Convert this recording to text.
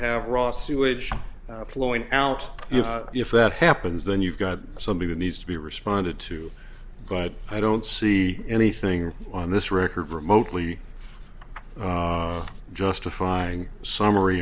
have raw sewage flowing out if that happens then you've got somebody who needs to be responded to but i don't see anything on this record remotely justifying summary